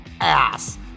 ass